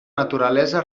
naturalesa